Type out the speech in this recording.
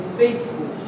faithful